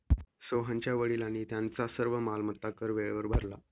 सोहनच्या वडिलांनी त्यांचा सर्व मालमत्ता कर वेळेवर भरला